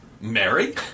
Mary